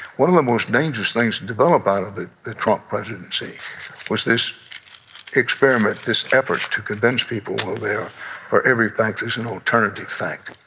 one of the most dangerous things to develop out of the the trump presidency was this experiment, this effort to convince people, well, there or every facts is an alternative fact.